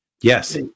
yes